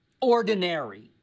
ordinary